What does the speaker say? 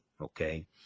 Okay